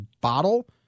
bottle